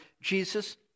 Jesus